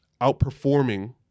outperforming